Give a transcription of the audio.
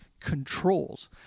controls